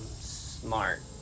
smart